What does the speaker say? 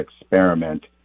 experiment